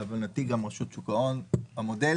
להבנתי, המודל